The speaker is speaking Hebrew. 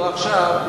לא עכשיו,